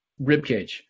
ribcage